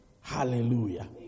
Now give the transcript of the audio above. Hallelujah